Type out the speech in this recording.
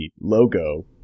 logo